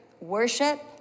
Worship